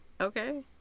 okay